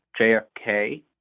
JFK